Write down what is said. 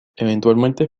eventualmente